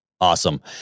Awesome